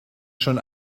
schon